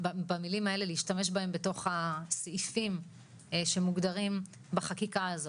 להשתמש במילים האלה בסעיפים שמוגדרים בחקיקה הזו.